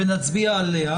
נצביע על זה,